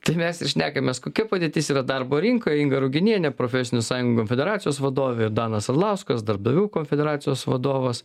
tai mes ir šnekamės kokia padėtis yra darbo rinkoj inga ruginienė profesinių sąjungų konfederacijos vadovė ir danas arlauskas darbdavių konfederacijos vadovas